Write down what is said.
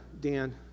Dan